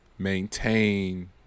maintain